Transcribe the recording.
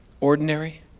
ordinary